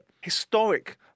historic